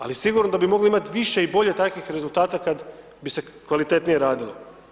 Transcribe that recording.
Ali sigurno da bi mogli imati više i bolje takvih rezultata kada bi se kvalitetnije radilo.